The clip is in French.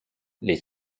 les